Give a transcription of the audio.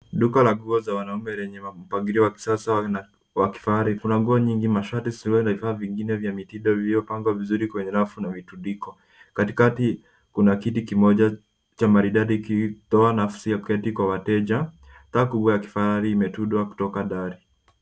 Duka la nguo za wanaume lenye mpagilio wa kisasa na wa kifahari, kuna nguo nyingi mashati, suruali na vifaa vingine vya mitindo vilivyo pangwa vizuri kwenye rafu na mitundiko. Katikati kuna kiti kimoja cha maridadi kilichotoa nafsi ya kuketi kwa wateja. Taa kubwa ya kifahari imetundwa kutoka dari.